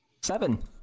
seven